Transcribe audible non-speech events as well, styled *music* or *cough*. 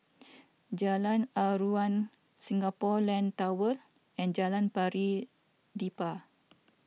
*noise* Jalan Aruan Singapore Land Tower and Jalan Pari Dedap